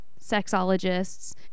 sexologists